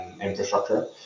infrastructure